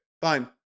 fine